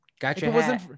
gotcha